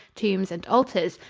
tombs and altars,